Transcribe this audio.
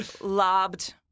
lobbed